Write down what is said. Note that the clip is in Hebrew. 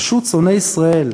פשוט שונאי ישראל,